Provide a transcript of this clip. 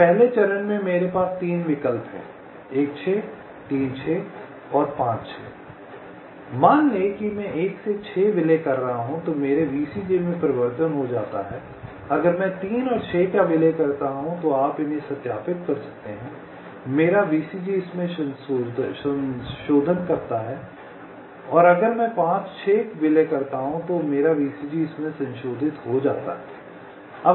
तो पहले चरण में मेरे पास 3 विकल्प हैं 1 6 3 6 और 5 6 मान लें कि मैं 1 से 6 विलय कर रहा हूं तो मेरे VCG में परिवर्तन हो जाता है अगर मैं 3 6 का विलय करता हूं तो आप इन्हें सत्यापित कर सकते हैं मेरा VCG इसमें संशोधन करता है और अगर मैं 5 6 विलय करता हूं तो मेरा VCG इसमें संशोधित हो जाता है